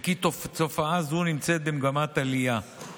ותופעה זו נמצאת במגמת עלייה.